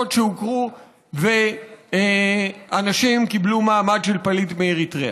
שהוכרו והאנשים שקיבלו מעמד של פליט מאריתריאה.